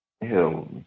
Hell